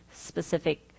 specific